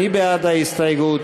מי בעד ההסתייגות?